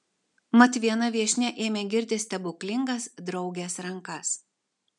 mat viena viešnia ėmė girti stebuklingas draugės rankas